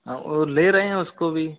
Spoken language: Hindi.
हाँ वो ले रहे है उसको भी